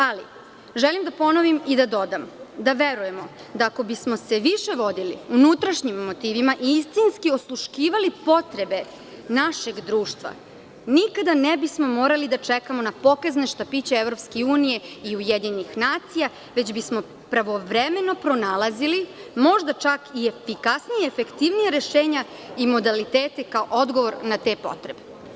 Ali, želim da ponovim i da dodam da verujemo, da ako bismo se više vodili unutrašnjim motivima i istinski osluškivali potrebe našeg društva, nikada ne bismo morali da čekamo na pokazne štapiće EU i UN, već bismo pravovremeno pronalazili, možda čak i efikasnija i efektivnija rešenja i modaliteta kao odgovor na te potrebe.